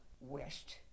west